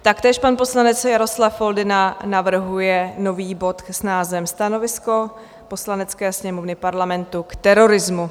Taktéž pan poslanec Jaroslav Foldyna navrhuje nový bod s názvem Stanovisko Poslanecké sněmovny Parlamentu k terorismu.